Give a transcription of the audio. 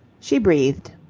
she breathed.